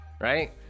Right